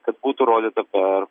kad būtų rodyta per